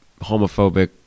homophobic